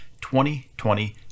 2020